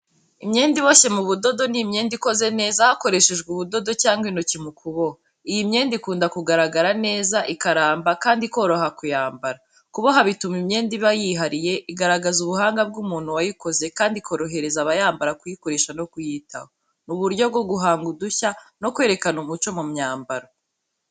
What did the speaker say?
Imyenda iboshye mu budodo, ni imyenda ikoze neza hakoreshejwe ubudodo cyangwa intoki mu kuboha. Iyi myenda ikunda kugaragara neza, ikaramba kandi ikoroha mu kuyambara. Kuboha bituma imyenda iba yihariye, igaragaza ubuhanga bw’umuntu wayikoze, kandi ikorohereza abayambara kuyikoresha no kuyitaho. Ni uburyo bwo guhanga udushya no kwerekana umuco mu myambaro.